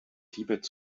tibet